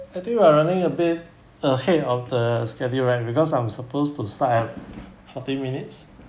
I think we are running a bit ahead of the schedule right because I'm supposed to start at fourteen minutes